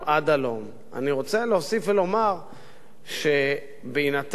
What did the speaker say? אני רוצה להוסיף ולומר שבהינתן המצב שחברת